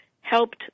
helped